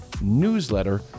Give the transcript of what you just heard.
newsletter